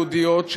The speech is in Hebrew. יהודיות,